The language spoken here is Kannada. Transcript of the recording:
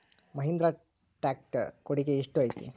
ಮಹಿಂದ್ರಾ ಟ್ಯಾಕ್ಟ್ ರ್ ಕೊಡುಗೆ ಎಷ್ಟು ಐತಿ?